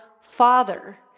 father